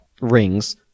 rings